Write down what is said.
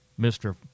Mr